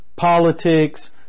politics